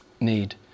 need